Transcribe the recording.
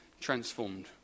transformed